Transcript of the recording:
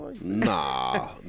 nah